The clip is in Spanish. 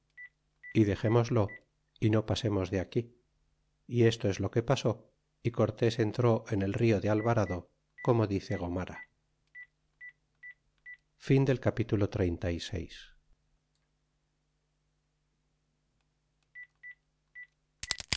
dexémoslo y no pasemos de aquí y esto es lo que pasó y cortés entró en el rio de alvarado como dice gomara capitulo xxxvii